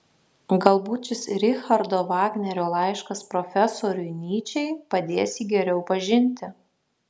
galbūt šis richardo vagnerio laiškas profesoriui nyčei padės jį geriau pažinti